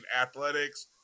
Athletics